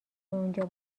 اونجا